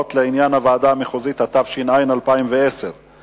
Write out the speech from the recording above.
(חובת ציון אישור ותנאים מהותיים), התש"ע 2010,